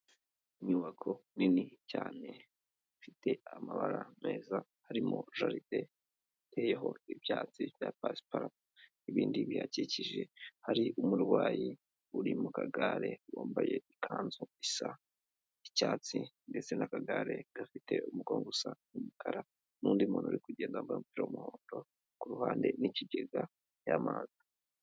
Inyubako nini cyane, ifite amabara meza, harimo jaride iteyeho ibyatsi bya pasiparumu n'ibindi bihakikije, hari umurwayi uri mu kagare, wambaye ikanzu isa icyatsi ndetse n'akagare gafite umugongo usa umukara n'undi muntu uri kugenda wambaye umupira usa n'umuhondo, ku ruhande n'ikigega cy'amazi.